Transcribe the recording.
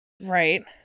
right